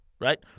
right